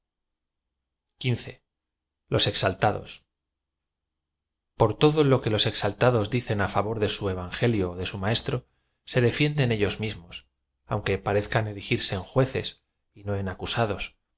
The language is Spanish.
exaltados p o r todo lo que loa exaltados dicen á ía v o r de sa evangelio ó de su maestro se defienden ellos mismos aunque parezcan erigirse en jueces y no en acusa